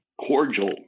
cordial